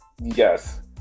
Yes